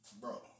Bro